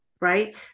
Right